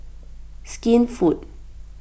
Skinfood